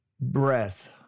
breath